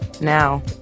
Now